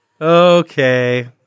Okay